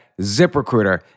ZipRecruiter